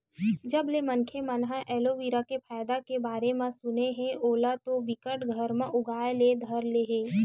जब ले मनखे मन ह एलोवेरा के फायदा के बारे म सुने हे ओला तो बिकट घर म उगाय ले धर ले हे